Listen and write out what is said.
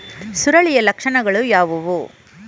ಸುರುಳಿಯ ಲಕ್ಷಣಗಳು ಯಾವುವು?